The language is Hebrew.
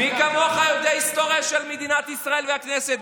מי כמוך יודע את ההיסטוריה של מדינת ישראל והכנסת.